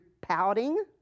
pouting